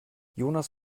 jonas